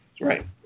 right